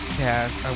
cast